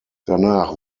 danach